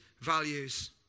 values